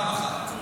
פעם אחת.